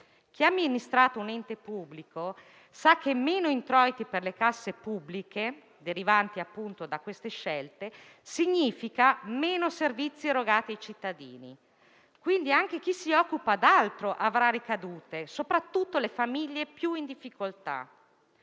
Chi ha amministrato un ente pubblico sa che meno introiti per le casse pubbliche derivanti da queste scelte significa meno servizi erogati ai cittadini. Quindi anche chi si occupa d'altro avrà ricadute, soprattutto le famiglie più in difficoltà.